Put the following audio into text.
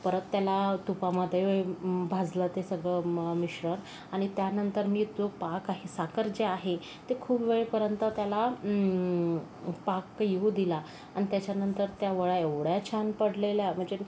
परत त्याला तुपामध्ये भाजलं ते सगळं मिश्रण आणि त्यानंतर मी जो पाक आहे साखर जे आहे ते खूप वेळेपर्यंत त्याला पाक येऊ दिला आणि त्याच्यानंतर त्या वड्या एवढ्या छान पडलेल्या म्हणजे